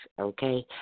okay